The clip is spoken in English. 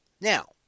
Now